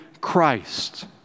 Christ